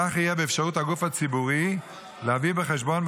כך יהיה באפשרות הגוף הציבורי להביא בחשבון,